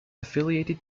affiliated